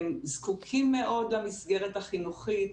הם זקוקים מאוד למסגרת החינוכית,